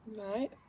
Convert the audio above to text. Right